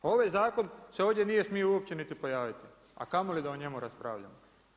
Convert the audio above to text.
Ovaj zakon se ovdje nije smijo uopće niti pojaviti, a kamo li da o njemu raspravljamo.